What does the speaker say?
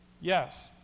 Yes